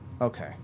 Okay